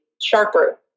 sharper